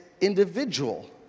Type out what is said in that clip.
individual